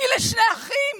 היא לשני אחים